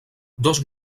dos